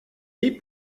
les